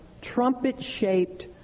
trumpet-shaped